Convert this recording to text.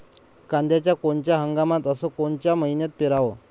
कांद्या कोनच्या हंगामात अस कोनच्या मईन्यात पेरावं?